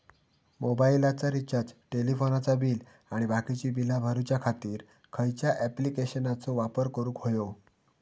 मोबाईलाचा रिचार्ज टेलिफोनाचा बिल आणि बाकीची बिला भरूच्या खातीर खयच्या ॲप्लिकेशनाचो वापर करूक होयो?